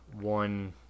one